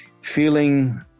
feeling